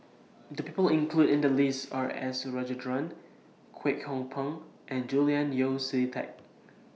The People included in The list Are S Rajendran Kwek Hong Png and Julian Yeo See Teck